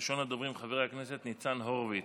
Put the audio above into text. ראשון הדוברים, חבר הכנסת ניצן הורוביץ,